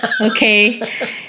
okay